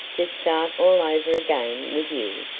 to start all over again with you?